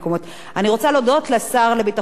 אני רוצה להודות לשר לביטחון הפנים,